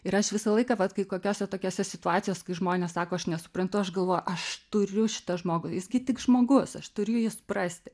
ir aš visą laiką vat kai kokiose tokiose situacijos kai žmonės sako aš nesuprantu aš galvoju aš turiu šitą žmogų jis gi tik žmogus aš turiu jį suprasti